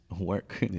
work